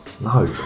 No